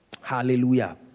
hallelujah